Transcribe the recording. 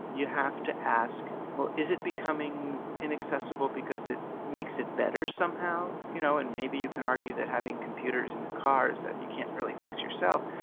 you have to ask well is it becoming inaccessible because it makes it better somehow? you know and maybe you can argue that having computers in cars that you can't really fix yourself,